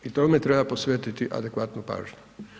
I tome treba posvetiti adekvatnu pažnju.